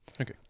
Okay